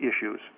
issues